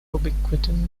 ubiquitin